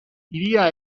hiria